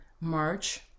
March